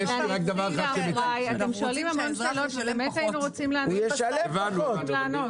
אתם שואלים המון שאלות והיינו רוצים להשיב עליהן.